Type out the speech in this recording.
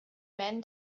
men